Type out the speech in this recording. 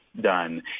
done